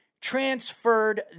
transferred